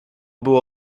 było